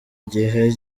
gihe